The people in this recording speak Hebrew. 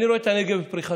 אני רואה את הנגב בפריחתו.